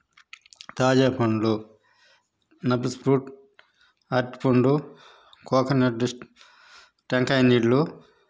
తాజా పండ్లు నఫిస్ ఫ్రూట్ అరటి పండు కోకోనట్ టెంకాయ నీళ్ళు